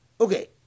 okay